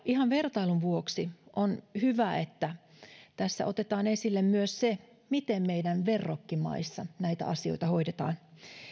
ihan vertailun vuoksi on hyvä että tässä otetaan esille myös se miten meidän verrokkimaissa näitä asioita hoidetaan